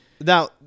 now